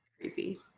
Creepy